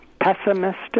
pessimistic